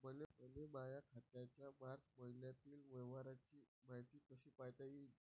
मले माया खात्याच्या मार्च मईन्यातील व्यवहाराची मायती कशी पायता येईन?